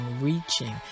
reaching